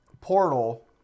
portal